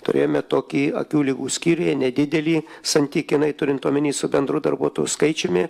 turėjome tokį akių ligų skyriuje nedidelį santykinai turint omeny su bendru darbuotojų skaičiumi